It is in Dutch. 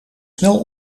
snel